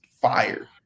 fire